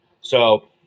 So-